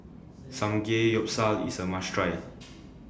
Samgeyopsal IS A must Try